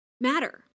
matter